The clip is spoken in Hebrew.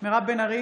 מירב בן ארי,